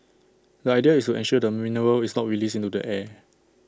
the idea is to ensure the mineral is not released into the air